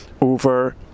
over